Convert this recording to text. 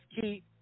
Key